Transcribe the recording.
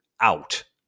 out